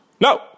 No